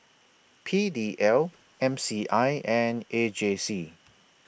P D L M C I and A J C